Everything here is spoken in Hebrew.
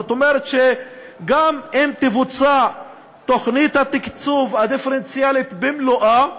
זאת אומרת שגם אם תבוצע תוכנית התקצוב הדיפרנציאלי במלואה,